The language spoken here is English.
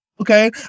Okay